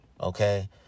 okay